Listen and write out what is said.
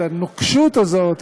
את הנוקשות הזאת,